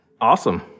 Awesome